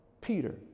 Peter